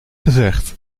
gezegd